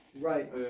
Right